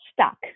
stuck